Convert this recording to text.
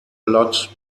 lot